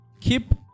Keep